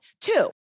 Two